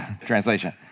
Translation